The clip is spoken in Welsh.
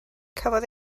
cafodd